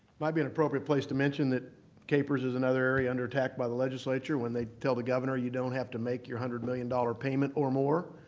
might be an appropriate place to mention that kpers is another area under attack by the legislature. when they tell the governor you don't have to make your one hundred million dollars payment or more,